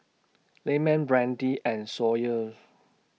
Lyman Brandi and Sawyer